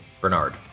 Bernard